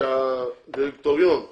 שהדירקטוריון יכלול,